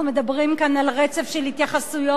אנחנו מדברים כאן על רצף של התייחסויות